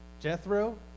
Jethro